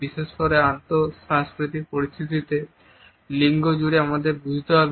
বিশেষ করে আন্তঃসাংস্কৃতিক পরিস্থিতিতে এবং লিঙ্গ জুড়ে আমাদের বুঝতে হবে